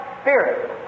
spirit